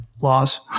laws